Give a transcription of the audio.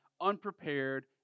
unprepared